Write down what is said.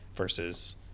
Versus